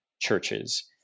churches